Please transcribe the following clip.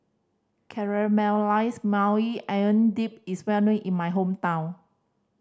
Caramelized Maui Onion Dip is well known in my hometown